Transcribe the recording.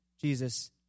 Jesus